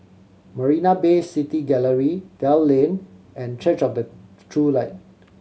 Marina Bay City Gallery Dell Lane and Church of the True Light